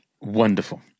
Wonderful